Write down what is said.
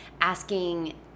asking